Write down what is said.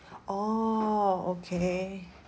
orh okay